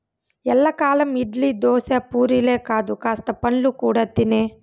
ఎల్లకాలం ఇడ్లీ, దోశ, పూరీలే కాదు కాస్త పండ్లు కూడా తినే